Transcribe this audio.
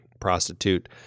prostitute